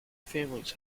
families